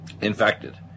infected